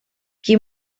qui